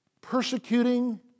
persecuting